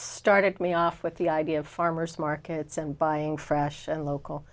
started me off with the idea of farmers markets and buying fresh and local